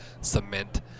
cement